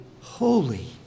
holy